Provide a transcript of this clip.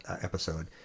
episode